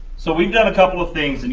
so we've done a couple of things, and